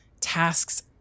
tasks